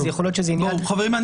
אז יכול להיות שזה עניין --- חברים,